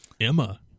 Emma